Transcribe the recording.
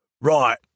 Right